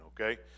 okay